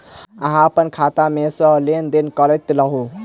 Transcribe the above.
अहाँ अप्पन खाता मे सँ लेन देन करैत रहू?